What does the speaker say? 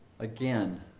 Again